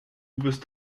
bist